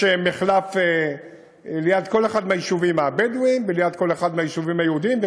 יש מחלף ליד כל אחד מהיישובים הבדואיים וליד כל אחד מהיישובים היהודיים,